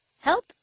Help